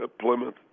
Plymouth